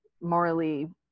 morally